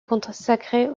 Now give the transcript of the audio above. consacrer